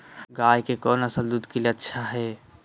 गाय के कौन नसल दूध के लिए अच्छा है?